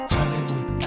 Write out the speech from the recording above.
Hollywood